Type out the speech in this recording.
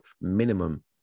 minimum